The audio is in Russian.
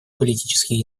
политические